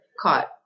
caught